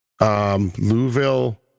Louisville